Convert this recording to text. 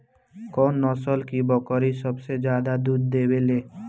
कौन नस्ल की बकरी सबसे ज्यादा दूध देवेले?